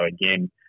again